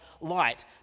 light